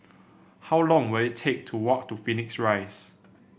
how long will it take to walk to Phoenix Rise